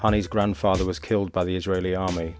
his grandfather was killed by the israeli army